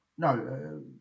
No